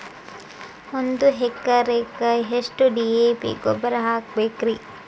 ಒಂದು ಎಕರೆಕ್ಕ ಎಷ್ಟ ಡಿ.ಎ.ಪಿ ಗೊಬ್ಬರ ಹಾಕಬೇಕ್ರಿ?